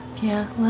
yeah, well,